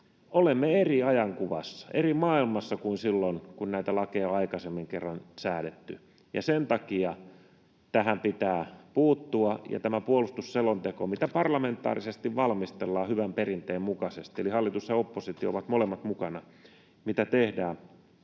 Olemme eri ajankuvassa, eri maailmassa, kuin silloin kun näitä lakeja on aikaisemman kerran säädetty. Sen takia tähän pitää puuttua, ja tässä puolustusselonteossa, mitä parlamentaarisesti valmistellaan hyvän perinteen mukaisesti — eli hallitus ja oppositio ovat molemmat mukana siinä, mitä tehdään